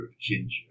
Ginger